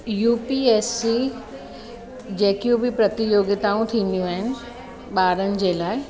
U P S E जेकियूं बि प्रतियोगिताऊं थींदियूं आहिनि ॿारनि जे लाइ